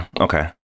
Okay